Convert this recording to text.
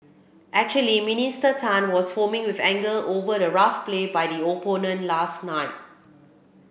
actually Minister Tan was foaming with anger over the rough play by the opponent last night